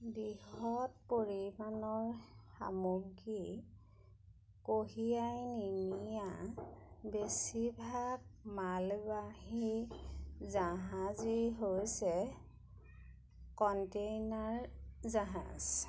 বৃহৎ পৰিমাণৰ সামগ্ৰী কঢ়িয়াই নিনিয়া বেছিভাগ মালবাহী জাহাজেই হৈছে কণ্টেইনাৰ জাহাজ